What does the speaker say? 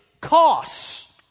costs